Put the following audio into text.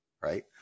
right